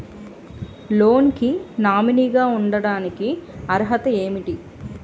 Loan కి nominee గా ఉండటానికి అర్హత ఏమిటి?